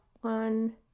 one